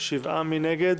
מי נגד?